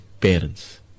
parents